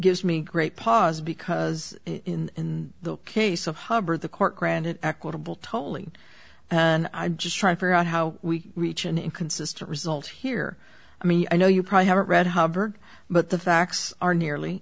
gives me great pause because in the case of hubbard the court granted equitable tolling and i'm just trying to figure out how we reach an inconsistent result here i mean i know you probably haven't read hubbard but the facts are nearly